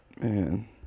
Man